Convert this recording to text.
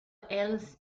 else